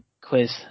quiz